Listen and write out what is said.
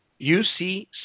UC